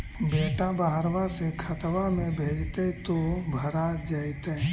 बेटा बहरबा से खतबा में भेजते तो भरा जैतय?